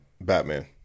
Batman